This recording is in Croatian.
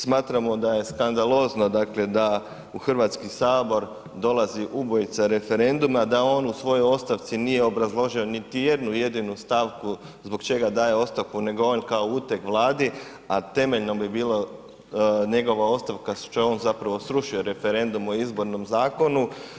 Smatramo da je skandalozno dakle da u Hrvatski sabor dolazi ubojica referenduma, da on u svojoj ostavci nije obrazložio niti jednu jedinu stavku zbog čega daje ostavku, nego on kao uteg Vladi, a temeljno bi bilo njegova ostavka što je on zapravo srušio referendum o izbornom zakonu.